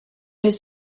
his